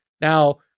Now